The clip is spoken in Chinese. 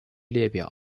列表